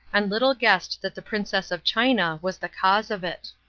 and little guessed that the princess of china was the cause of it.